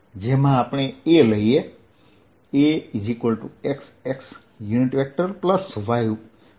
જેમાં આપણે A લઇએ